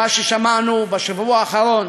מה ששמענו בשבוע האחרון